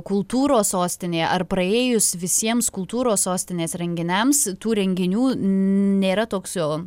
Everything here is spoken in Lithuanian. kultūros sostinė ar praėjus visiems kultūros sostinės renginiams tų renginių nėra toks jo